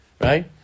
right